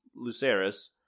Luceris